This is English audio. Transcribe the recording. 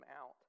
out